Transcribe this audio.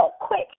quick